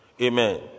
amen